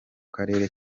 karere